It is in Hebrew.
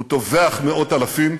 הוא טובח מאות-אלפים,